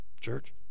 Church